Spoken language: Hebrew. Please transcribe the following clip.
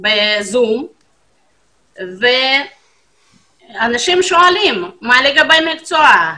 ב-זום ואנשים שואלים מה לגבי המקצוע,